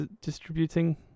distributing